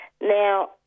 Now